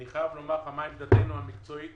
אני חייב לומר מהי עמדתנו המקצועית